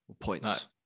Points